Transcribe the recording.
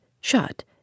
shut